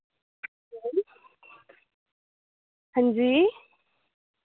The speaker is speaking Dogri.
हां जी